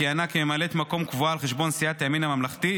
שכיהנה כממלאת מקום קבועה על חשבון סיעת הימין הממלכתי,